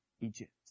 Egypt